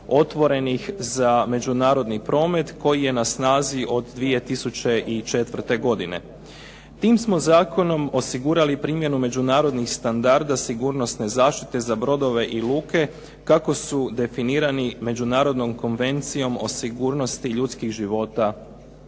otvorenih za međunarodni promet koji je na snazi od 2004. godine. Tim smo zakonom osigurali primjenu međunarodnih standarda sigurnosne zaštite za brodove i luke kako su definirani međunarodnom konvencijom o sigurnosti ljudskih života na